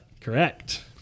Correct